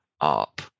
up